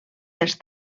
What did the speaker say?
dels